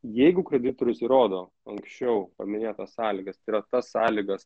jeigu kreditorius įrodo anksčiau paminėtas sąlygas tai yra tas sąlygas